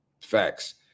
Facts